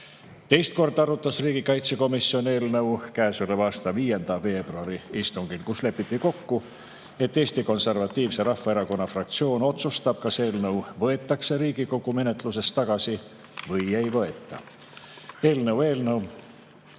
Teist korda arutas riigikaitsekomisjon eelnõu käesoleva aasta 5. veebruari istungil, kus lepiti kokku, et Eesti Konservatiivse Rahvaerakonna fraktsioon otsustab, kas eelnõu võetakse Riigikogu menetlusest tagasi või ei võeta. Eelnõu ei